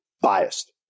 biased